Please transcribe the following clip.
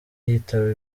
yitaba